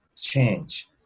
change